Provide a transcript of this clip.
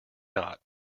not